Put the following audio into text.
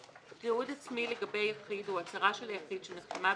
למדינה זרה תיעוד עצמי לגבי יחיד הוא הצהרה של היחיד,